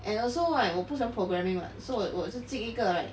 and also like 我不喜欢 programming what so 我我也是进一个 like